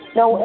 no